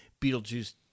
Beetlejuice